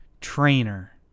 trainer